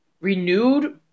Renewed